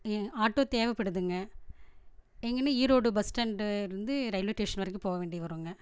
ஆ auto தேவைப்படுதுங்க எங்கேன்னா Erode bus ஸ்டாண்ட்டில் இருந்து ரயில்வே ஸ்டேஷன் வரைக்கும் போக வேண்டியது வருங்க